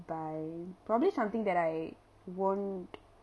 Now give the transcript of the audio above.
by probably something that I won't